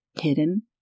hidden